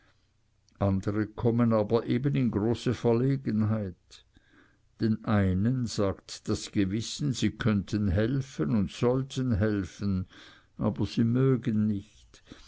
andere kommen aber eben in große verlegenheit den einen sagt das gewissen sie könnten helfen und sollten helfen aber sie mögen nicht